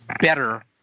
better